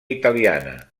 italiana